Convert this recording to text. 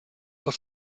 aus